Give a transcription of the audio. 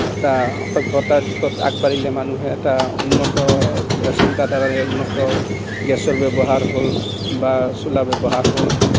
এটা সভ্যতাৰ দিশত আগবাঢ়িলে মানুহে এটা উন্নত চিন্তাধাৰাৰে উন্নত গেছৰ ব্যৱহাৰ হ'ল বা চুলা ব্যৱহাৰ হ'ল